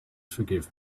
forgive